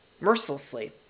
Mercilessly